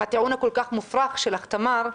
הטיעון הכל כך מופרך שלך, תמר,